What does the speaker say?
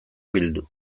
bildu